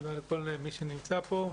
תודה לכל מי שנמצא פה.